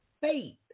faith